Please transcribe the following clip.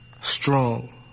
strong